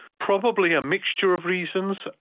probably a mixture of reasons.